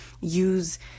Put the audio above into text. use